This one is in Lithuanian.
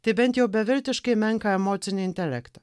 tai bent jau beviltiškai menką emocinį intelektą